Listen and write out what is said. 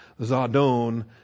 Zadon